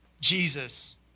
Jesus